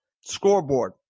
scoreboard